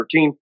13